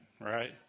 right